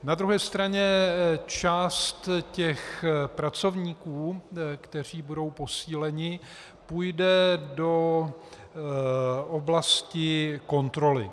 Na druhé straně část těch pracovníků, kteří budou posíleni, půjde do oblasti kontroly.